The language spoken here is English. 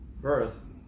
birth